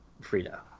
Frida